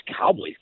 Cowboys